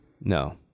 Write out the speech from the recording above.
No